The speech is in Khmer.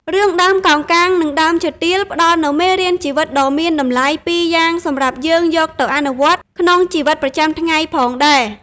រឿង "ដើមកោងកាងនិងដើមឈើទាល" ផ្តល់នូវមេរៀនជីវិតដ៏មានតម្លៃពីរយ៉ាងសម្រាប់យើងយកទៅអនុវត្តក្នុងជីវិតប្រចាំថ្ងៃផងដែរ។